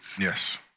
yes